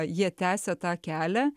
jie tęsia tą kelią